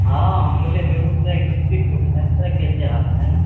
हाँ हम बोले बेगूसराय डिस्ट्रिक के ऐसे कैसे हाल हैं